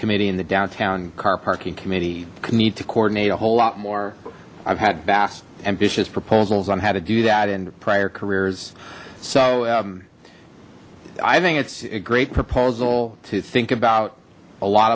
committee in the downtown car parking committee could need to coordinate a whole lot more i've had vast ambitious proposals on how to do that in prior careers so i think it's a great proposal to think about a lot